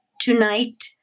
tonight